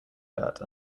dirt